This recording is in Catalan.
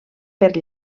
per